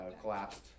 collapsed